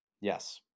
Yes